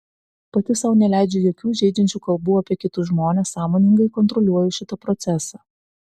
pati sau neleidžiu jokių žeidžiančių kalbų apie kitus žmones sąmoningai kontroliuoju šitą procesą